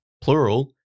plural